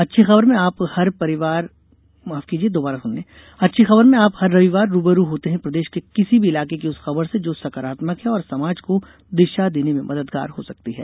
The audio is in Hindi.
अच्छी खबरमें आप हर रविवार रूबरू होते हैं प्रदेश के किसी भी इलाके की उस खबर से जो सकारात्मक है और समाज को दिशा देने में मददगार हो सकती है